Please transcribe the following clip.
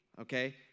okay